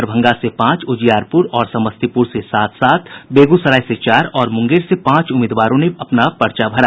दरभंगा से पांच उजियारपुर और समस्तीपुर से सात सात बेगूसराय से चार और मुंगेर से पांच उम्मीदवारों ने अपना पर्चा भरा